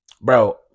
Bro